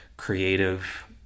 creative